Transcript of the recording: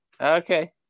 Okay